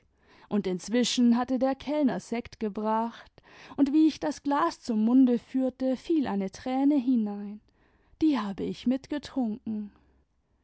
und inzwischen hatte der kellner sekt gebracht und wie ich das glas zum munde führte fiel eine träne hinein die habe ich mitgetrunken